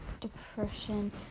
depression